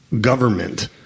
government